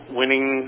winning